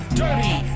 dirty